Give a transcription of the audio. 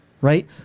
Right